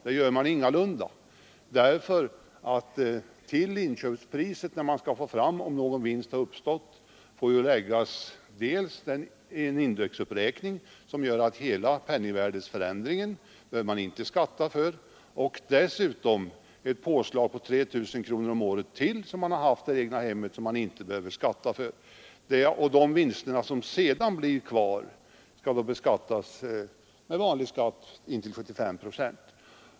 Då man skall få fram om någon vinst har uppstått, får ju till inköpspriset läggas en indexuppräkning, som gör att hela penningvärdeförändringen är fri från skatt, och dessutom sker ett påslag på 3 000 kr. om året som man inte behöver skatta för. De vinster som sedan blir kvar skall belastas med vanlig skatt intill 75 procent.